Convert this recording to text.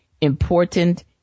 important